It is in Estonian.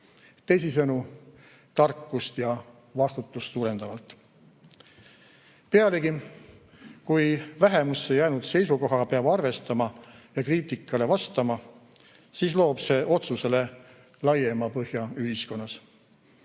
Teisisõnu, tarkust ja vastutust suurendavalt. Pealegi, kui vähemusse jäänud seisukohaga peab arvestama ja kriitikale vastama, siis loob see otsusele laiema põhja ühiskonnas.